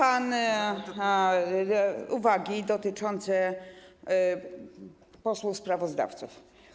Mam uwagi dotyczące posłów sprawozdawców.